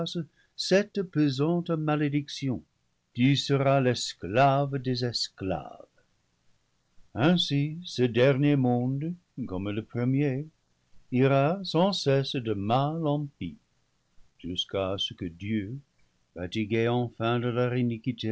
cette pesante malédiction tu seras l'esclave des esclaves ainsi ce dernier monde comme le premier ira sans cesse de mal en pis jusqu'à ce que dieu fatigué enfin